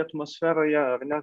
atmosferoje ar ne